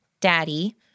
Daddy